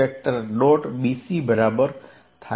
bc બરાબર છે